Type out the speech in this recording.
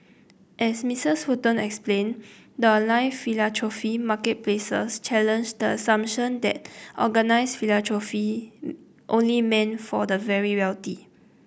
as Mistress Fulton explain the line philanthropy marketplaces challenge the assumption that organised philanthropy only meant for the very wealthy